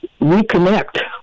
reconnect